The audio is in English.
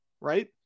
right